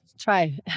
try